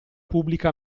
pubblica